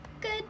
Good